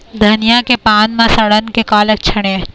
धनिया के पान म सड़न के का लक्षण ये?